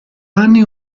anni